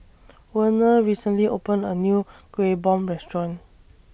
Werner recently opened A New Kueh Bom Restaurant